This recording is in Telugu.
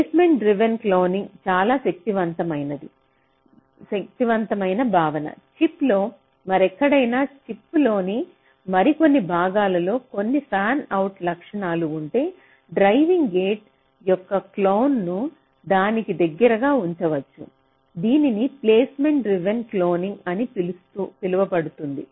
ప్లేస్మెంట్ డ్రివెన్ క్లోనింగ్ చాలా శక్తివంతమైన భావన చిప్లో మరెక్కడైనా చిప్లోని మరికొన్ని భాగాలలో కొన్ని ఫ్యాన్అవుట్ లక్ష్యాలు ఉంటే డ్రైవింగ్ గేట్ యొక్క క్లోన్ను దానికి దగ్గరగా ఉంచవచ్చు దీనిని ప్లేస్మెంట్ డ్రివెన్ క్లోనింగ్ అని పిలువబడుతుంది